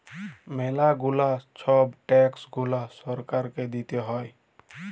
ম্যালা গুলা ছব ট্যাক্স গুলা সরকারকে দিতে হ্যয়